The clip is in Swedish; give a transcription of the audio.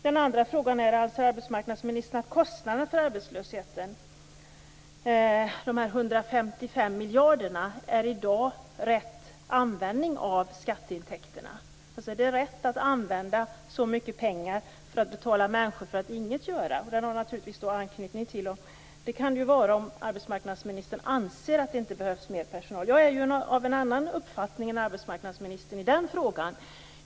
Min andra fråga är: Anser arbetsmarknadsministern att de 155 miljarder som arbetslösheten kostar innebär att man använder skatteintäkterna på rätt sätt? Är det rätt att använda så mycket pengar för att betala människor för att inget göra? Det kan det ju vara om arbetsmarknadsministern anser att det inte behövs mer personal. Jag har en annan uppfattning än arbetsmarknadsministern i den frågan.